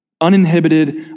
Uninhibited